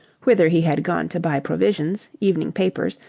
whither he had gone to buy provisions, evening papers,